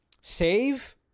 save